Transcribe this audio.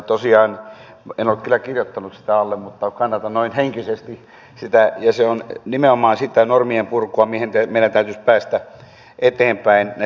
tosiaan en ole kyllä kirjoittanut sitä alle mutta kannatan noin henkisesti sitä ja se on nimenomaan sitä normien purkua missä meidän täytyisi päästä eteenpäin näillä festareilla